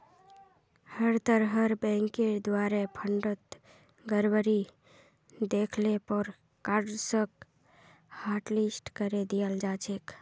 हर तरहर बैंकेर द्वारे फंडत गडबडी दख ल पर कार्डसक हाटलिस्ट करे दियाल जा छेक